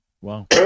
Wow